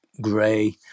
Gray